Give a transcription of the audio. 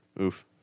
Oof